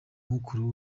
mukuru